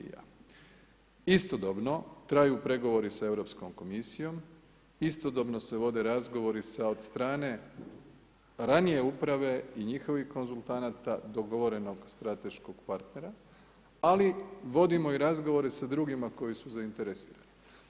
Istodobno traju pregovori sa Europskom komisijom, istodobno se vode razgovori sa od strane ranije uprave i njihovih konzultanata dogovorenog strateškog partnera ali vodimo i razgovore sa drugima koji su zainteresirani.